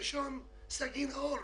בלשון סגי נהור: